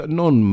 non